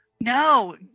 No